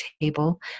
table